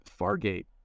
Fargate